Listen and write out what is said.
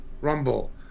Rumble